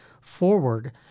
forward